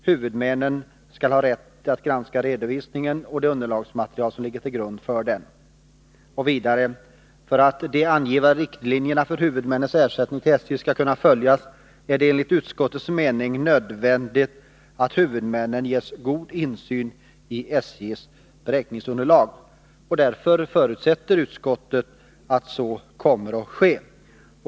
Huvudmännen skall ha rätt att granska redovisningen och det underlagsmaterial som ligger till grund för den. För att de angivna riktlinjerna för huvudmännens ersättning till SJ skall kunna följas är det enligt utskottets mening nödvändigt att huvudmännen ges god insyn i SJ:s beräkningsunderlag.” Därför ”förutsätter utskottet att så kommer att ske”.